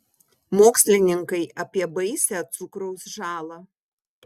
mokslininkai apie baisią cukraus žalą